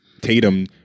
Tatum